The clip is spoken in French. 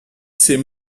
ces